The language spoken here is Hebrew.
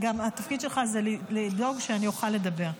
גם התפקיד שלך הוא לדאוג שאני אוכל לדבר.